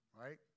Right